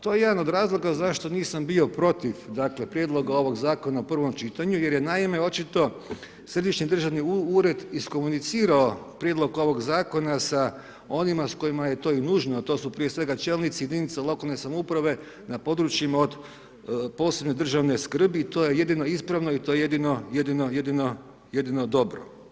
To je jedan od razloga zašto nisam bio protiv prijedloga ovog zakona u prvom čitanju jer je naime očito, Središnji državni ured iskomunicirao prijedlog ovog zakona sa onima s kojima je to i nužno a to su prije svega čelnici jedinice lokalne samouprave na područjima od posebne državne skrbi, to je jedino ispravno i to je jedino dobro.